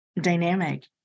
dynamic